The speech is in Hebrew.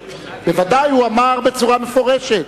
בוודאי, הוא אמר בצורה מפורשת,